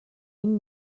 энэ